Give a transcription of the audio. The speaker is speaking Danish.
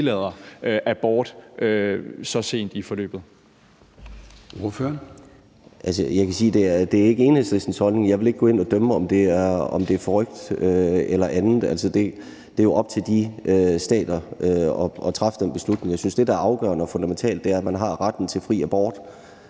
at det ikke er Enhedslistens holdning. Jeg vil ikke gå ind og dømme om, om det er forrykt eller andet. Altså, det er jo op til de stater at træffe den beslutning. Jeg synes, at det, der er afgørende og fundamentalt, er, at man har retten til fri abort;